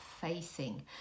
facing